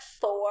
four